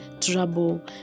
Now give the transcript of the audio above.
trouble